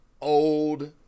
old